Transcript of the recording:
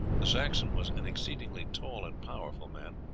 the saxon was an exceedingly tall and powerful man,